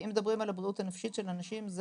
אם מדברים על הבריאות הנפשית של אנשים,